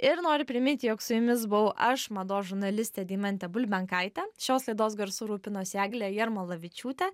ir noriu priminti jog su jumis buvau aš mados žurnalistė deimantė bulbenkaitė šios laidos garsu rūpinosi eglė jarmolavičiūtė